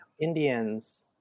Indians